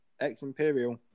ex-imperial